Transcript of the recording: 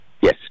Yes